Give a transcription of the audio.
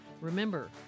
Remember